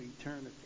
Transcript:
eternity